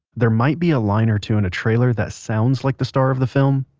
there might be a line or two in a trailer that sounds like the star of the film,